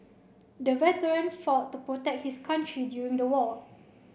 the veteran fought the protect his country during the war